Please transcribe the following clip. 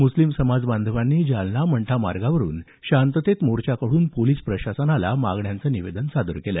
मुस्लीम समाज बांधवांनी जालना मंठा मार्गावरून शांततेत मोर्चा काढून पोलिस प्रशासनाला मागण्यांचं निवेदन सादर केलं